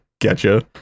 Getcha